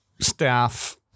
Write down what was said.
staff